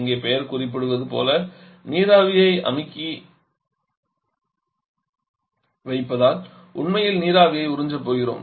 இங்கே பெயர் குறிப்பிடுவது போல் நீராவியை அமுக்கி வைப்பதால் உண்மையில் நீராவியை உறிஞ்சப் போகிறோம்